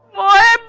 law